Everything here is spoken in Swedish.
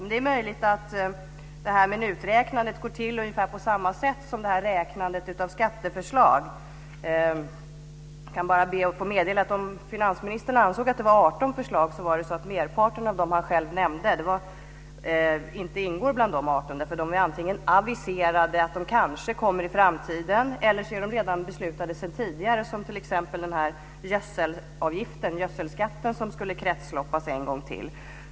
Men det är möjligt att minuträknandet går till på ungefär samma sätt som räknandet av skatteförslag. Om finansministern ansåg att det var 18 förslag kan jag bara be att få meddela att merparten av dem som han själv nämnde inte ingår bland de 18. De är antingen aviserade att kanske komma i framtiden, eller också är de redan beslutade sedan tidigare, som t.ex. gödselskatten, som skulle "kretsloppas" en gång till.